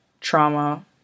trauma